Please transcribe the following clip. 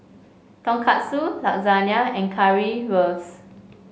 Tonkatsu Lasagne and Currywurst